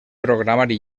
programari